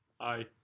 Hi